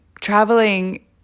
traveling